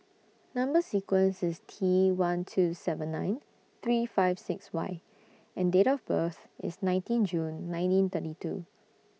Number sequence IS T one two seven nine three five six Y and Date of birth IS nineteen June nineteen thirty two